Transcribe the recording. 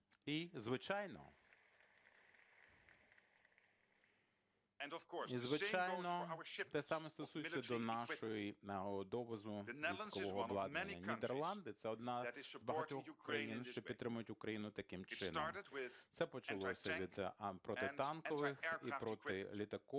І, звичайно, те саме стосується до нашого довозу військового обладнання. Нідерланди – це одна з багатьох країн, що підтримують Україну таким чином. Це почалося від протитанкових і протилітакових